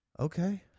Okay